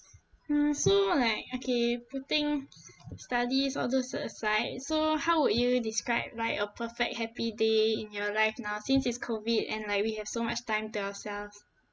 uh so like okay putting studies all those aside so how would you describe like a perfect happy day in your life now since it's COVID and like we have so much time to ourselves